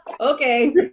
Okay